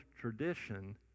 tradition